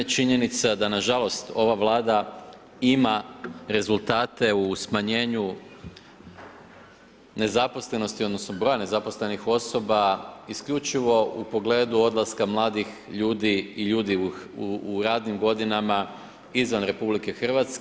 Činjenica je da nažalost, ova Vlada ima rezultate u smanjenju nezaposlenosti, odnosno broja nezaposlenih osoba isključivo u pogledu odlaska mladih ljudi i ljudi u radnim godinama izvan RH.